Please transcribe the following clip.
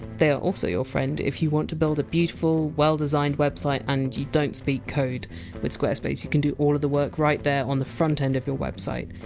they are also your friend if you want to build a beautiful, well-designed website, and you don't speak code with squarespace, you can do all the work right there on the front end of your website.